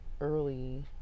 early